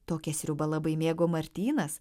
tokią sriubą labai mėgo martynas